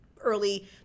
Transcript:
early